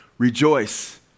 Rejoice